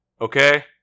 okay